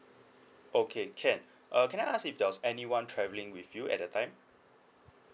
okay can uh can I ask if there was anyone travelling with you at the time